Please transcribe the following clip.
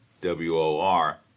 W-O-R